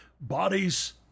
bodies